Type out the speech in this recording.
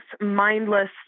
mindless